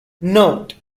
note